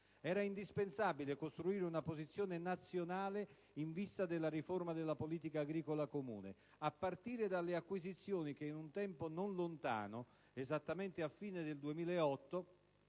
Era indispensabile costruire una posizione nazionale in vista della riforma della politica agricola comune, a partire dalle acquisizioni che, in un tempo non lontano, esattamente a fine 2008,